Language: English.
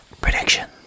prediction